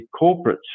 corporates